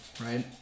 right